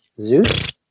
Zeus